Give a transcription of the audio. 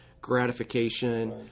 gratification